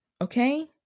Okay